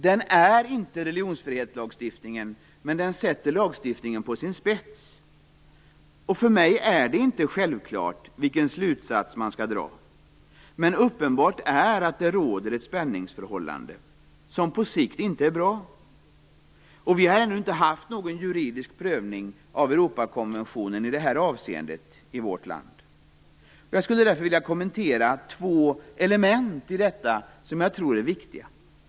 Den sätter religionsfrihetslagstiftningen på sin spets. För mig är det inte självklart vilken slutsats man skall dra. Men uppenbart är att det råder ett spänningsförhållande som på sikt inte är bra. Det har i detta avseende ännu inte skett någon juridisk prövning av Europakonventionen i vårt land. Jag skulle därför vilja kommentera två viktiga element i detta.